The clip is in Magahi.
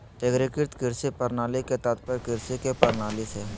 एग्रीकृत कृषि प्रणाली के तात्पर्य कृषि के प्रणाली से हइ